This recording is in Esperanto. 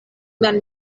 mian